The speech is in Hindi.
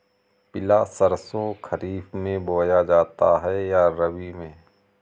पिला सरसो खरीफ में बोया जाता है या रबी में?